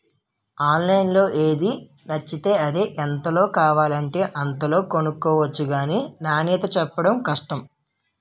ఆన్లైన్లో ఏది నచ్చితే అది, ఎంతలో కావాలంటే అంతలోనే కొనుక్కొవచ్చు గానీ నాణ్యతే చెప్పడం కష్టం